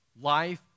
Life